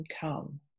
come